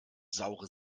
saure